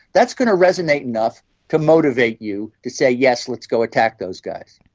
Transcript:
that's going to resonate enough to motivate you to say, yes, let's go attack those guys.